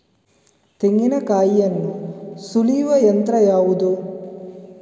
ತೆಂಗಿನಕಾಯಿಯನ್ನು ಸುಲಿಯುವ ಯಂತ್ರ ಯಾವುದು?